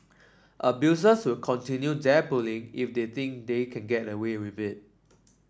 abusers will continue their bullying if they think they can get away with it